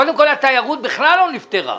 קודם כל התיירות בכלל לא נפתרה.